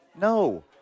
No